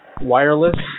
Wireless